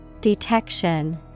Detection